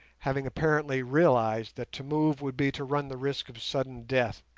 having apparently realized that to move would be to run the risk of sudden death,